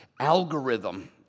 algorithm